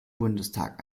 bundestag